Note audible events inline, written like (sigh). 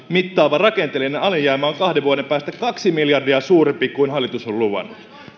(unintelligible) mittaava rakenteellinen alijäämä on kahden vuoden päästä kaksi miljardia suurempi kuin hallitus on luvannut